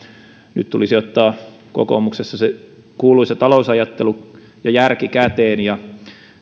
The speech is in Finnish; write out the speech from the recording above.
nyt tulisi ottaa kokoomuksessa se kuuluisa talousajattelu ja järki käteen ja